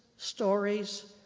stories,